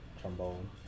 Trombone